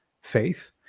faith